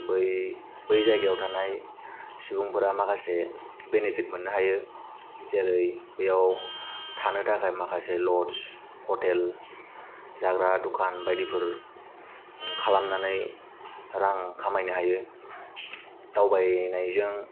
बै जायगायाव थानाय सुबुंफोरा माखासे बेनिफिट मोननो हायो जेरै बेयाव थानो थाखाय माखासे ल'दज हथेल जाग्रा दखान बायदिफोर खालामनानै रां खामायनो हायो दावबायनायजों